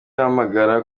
ahamagara